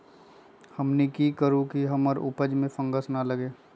हमनी की करू की हमार उपज में फंगस ना लगे?